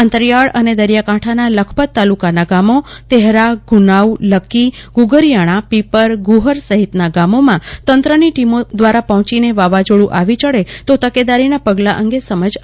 અંતરિયાળ અને દરિયાકાંઠાના લખપત તાલુકાના ગામો તેહરા ગુનાઉ લક્કી ગુગ રિયાના પીપર ગુહર સહિતના ગામોમાં તંત્રની ટીમો પહોંચીને વાવાઝોડું આવે ચડે તો તકેદારીના પગલા અંગે સમજ આપી હતી